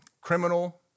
criminal